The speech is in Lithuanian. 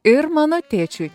ir mano tėčiui